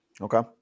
Okay